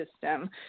system